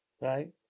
Right